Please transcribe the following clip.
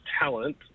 talent